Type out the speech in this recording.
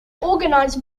organize